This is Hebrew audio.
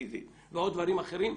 פיזית ועוד דברים אחרים,